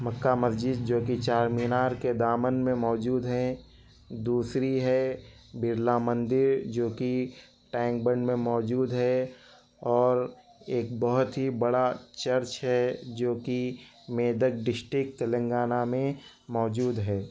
Mecca Masjid جو کہ چار مینار کے دامن میں موجود ہے دوسری ہے برلا مندر جو کہ ٹینکبند میں موجود ہے اور ایک بہت ہی بڑا چرچ ہے جو کہ میدر ڈسٹرکٹ تلنگانہ میں موجود ہے